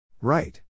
Right